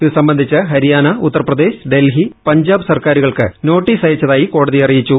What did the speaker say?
ഇത് സംബന്ധിച്ച് ഹരിയാന ഉത്തർപ്രദേശ് ഡൽഹി പഞ്ചാബ് സർക്കാരുകൾക്ക് നോട്ടീസ് അയച്ചതായി കോടതി അറിയിച്ചു